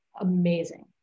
amazing